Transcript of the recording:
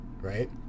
right